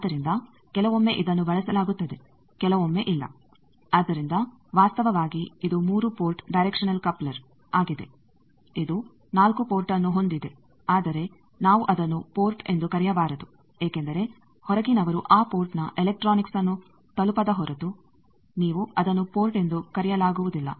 ಆದ್ದರಿಂದ ಕೆಲವೊಮ್ಮೆ ಇದನ್ನು ಬಳಸಲಾಗುತ್ತದೆ ಕೆಲವೊಮ್ಮೆ ಇಲ್ಲ ಆದ್ದರಿಂದ ವಾಸ್ತವವಾಗಿ ಇದು 3 ಪೋರ್ಟ್ ಡೈರೆಕ್ಷನಲ್ ಕಪ್ಲರ್ಆಗಿದೆ ಇದು 4 ಪೋರ್ಟ್ನ್ನು ಹೊಂದಿದೆ ಆದರೆ ನಾವು ಅದನ್ನು ಪೋರ್ಟ್ ಎಂದು ಕರೆಯಬಾರದು ಏಕೆಂದರೆ ಹೊರಗಿನವರು ಆ ಪೋರ್ಟ್ನ ಎಲೆಕ್ಟ್ರಾನಿಕ್ಸ್ನ್ನು ತಲುಪದ ಹೊರತು ನೀವು ಅದನ್ನು ಪೋರ್ಟ್ ಎಂದು ಕರೆಯಲಾಗುವುದಿಲ್ಲ